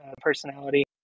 personality